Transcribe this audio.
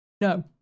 No